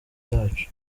yacu